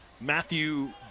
Matthew